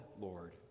Lord